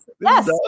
Yes